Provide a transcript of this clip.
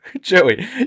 Joey